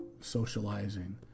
socializing